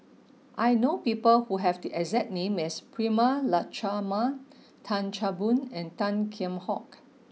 I know people who have the exact name as Prema Letchumanan Tan Chan Boon and Tan Kheam Hock